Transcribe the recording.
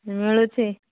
ମିଳୁଛି